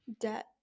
debt